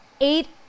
eight